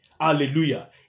Hallelujah